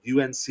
unc